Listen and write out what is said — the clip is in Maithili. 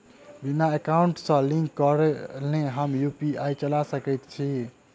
बिना एकाउंट सँ लिंक करौने हम यु.पी.आई चला सकैत छी?